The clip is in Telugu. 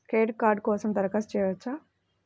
క్రెడిట్ కార్డ్ కోసం దరఖాస్తు చేయవచ్చా?